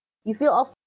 you feel awf~